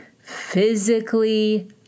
physically